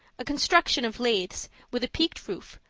a construction of lathes, with a peaked roof,